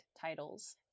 titles